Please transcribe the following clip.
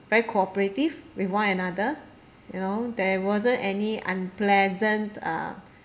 very cooperative with one another you know there wasn't any unpleasant uh